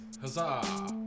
Huzzah